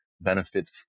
benefit